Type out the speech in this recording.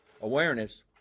awareness